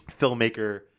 filmmaker